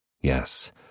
Yes